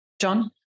John